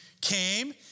came